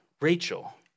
Rachel